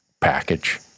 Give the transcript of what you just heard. package